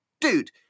dude